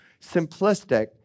simplistic